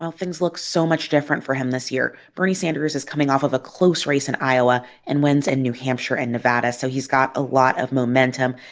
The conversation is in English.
things look so much different for him this year. bernie sanders is coming off of a close race in iowa and wins in and new hampshire and nevada. so he's got a lot of momentum.